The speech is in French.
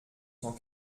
cent